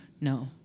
No